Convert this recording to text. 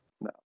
No